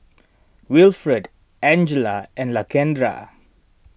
Wilfred Angella and Lakendra